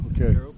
Okay